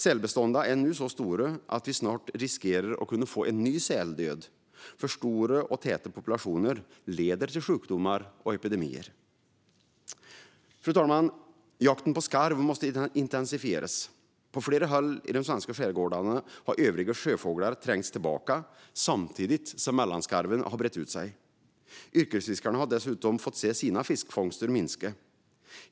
Sälbestånden är nu så stora att vi snart riskerar att få en ny säldöd. Alltför stora och täta populationer leder till sjukdomar och epidemier. Fru talman! Jakten på skarv måste intensifieras. På flera håll i de svenska skärgårdarna har övriga sjöfåglar trängts tillbaka samtidigt som mellanskarven har brett ut sig. Yrkesfiskarna har dessutom fått se sina fiskfångster minska.